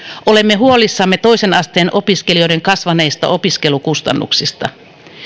olemme huolissamme toisen asteen opiskelijoiden kasvaneista opiskelukustannuksista